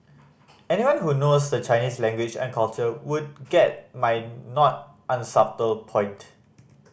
anyone who knows the Chinese language and culture would get my not unsubtle point